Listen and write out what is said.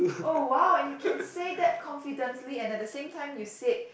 oh wow and you can say that confidently and at the same time you said